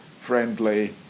friendly